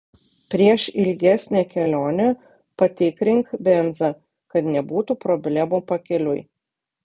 prieš ilgesnę kelionę patikrink benzą kad nebūtų problemų pakeliui